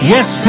Yes